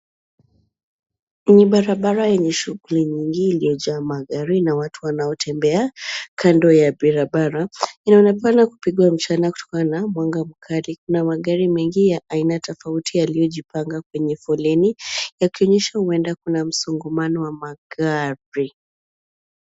Ni barabara yenye shughuli nyingi iliyojaa magari na watu wanaotembea kando ya barabara. Inaonekana kupigwa mchana kutokana na mwanga mkali na magari mengi ya aina tofauti yaliyojipanga kwenye foleni yakionyesha huenda kuna msongamano wa magari.